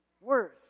Worse